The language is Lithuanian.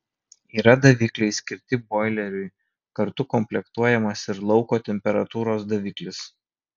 yra davikliai skirti boileriui kartu komplektuojamas ir lauko temperatūros daviklis